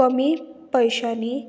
कमी पयशांनी